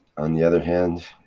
on the other hand,